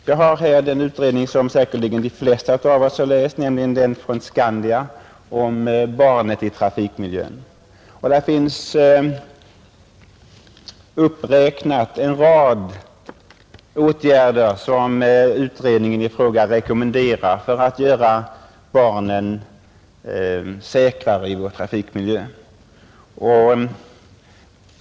De flesta av oss har säkerligen läst Skandias utredning om barnet i trafikmiljön, I den finns uppräknade en rad åtgärder som utredningen i fråga rekommenderar för att göra barnen säkrare i vår trafikmiljö.